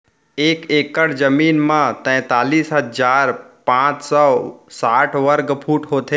एक एकड़ जमीन मा तैतलीस हजार पाँच सौ साठ वर्ग फुट होथे